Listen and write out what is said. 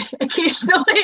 occasionally